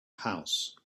house